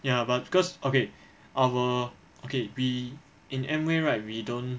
ya but because okay our okay we in Amway right we don't